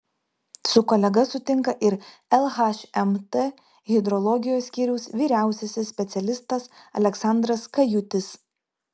su kolega sutinka ir lhmt hidrologijos skyriaus vyriausiasis specialistas aleksandras kajutis